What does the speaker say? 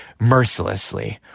mercilessly